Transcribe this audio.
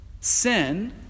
sin